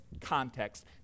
context